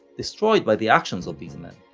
destroyed by the actions of these men.